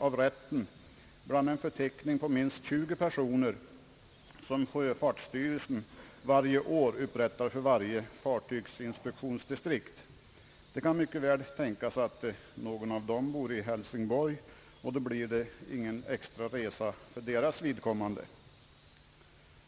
av rätten bland en förteckning på minst 20 personer, som sjöfartsstyrelsen varje år upprättar för varje sjöfartsinspektionsdistrikt. Det kan mycket väl tänkas att någon av dessa bor i Hälsingborg, och då blir det ingen extra resa för deras vidkommande.